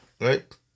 right